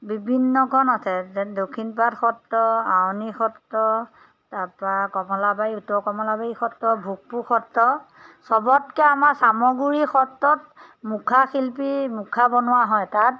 বিভিন্নখন আছে যে দক্ষিণপাট সত্ৰ আউনি সত্ৰ তাৰপৰা কমলাবাৰী উত্তৰ কমলাবাৰী সত্ৰ ভূগপুৰ সত্ৰ সবতকৈ আমাৰ চামগুৰি সত্ৰত মুখা শিল্পী মুখা বনোৱা হয় তাত